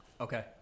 Okay